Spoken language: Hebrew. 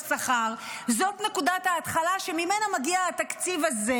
זאת נקודת ההתחלה שממנה מגיע התקציב הזה,